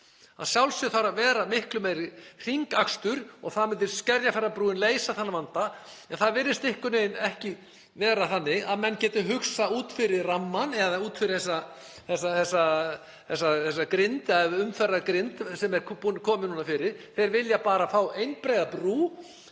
Að sjálfsögðu þarf að vera miklu meiri hringakstur og myndi Skerjafjarðarbrúin leysa þann vanda. En það virðist einhvern veginn ekki vera þannig að menn geti hugsað út fyrir rammann eða út fyrir þessa umferðargrind sem er komin núna. Þeir vilja bara fá einbreiða brú